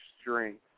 strength